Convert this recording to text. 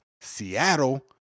Seattle